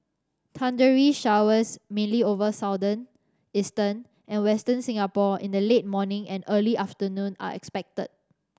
thundery showers mainly over Southern Eastern and Western Singapore in the late morning and early afternoon are expected